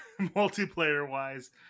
multiplayer-wise